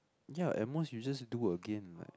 ya at most you just do again like